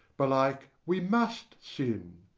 belike we must sin,